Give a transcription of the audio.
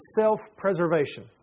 self-preservation